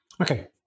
Okay